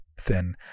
thin